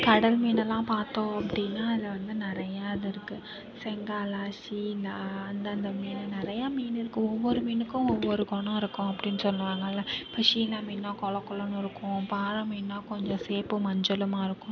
கடல் மீனெல்லாம் பார்த்தோம் அப்படின்னா அதில் வந்து நிறையா இது இருக்குது செங்காலா ஷீலா அந்தந்த மீன் நிறையா மீன் இருக்குது ஒவ்வொரு மீனுக்கும் ஒவ்வொரு குணம் இருக்கும் அப்படின்னு சொல்லுவாங்கல்ல இப்போ ஷீலா மீன்னால் கொழக்கொழனு இருக்கும் பாறை மீன்னா கொஞ்சம் சேப்பு மஞ்சளுமாக இருக்கும்